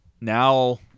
Now